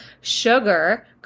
sugar